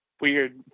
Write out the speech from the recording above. weird